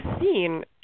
seen